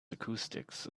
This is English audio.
acoustics